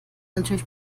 natürlich